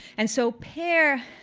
and so pair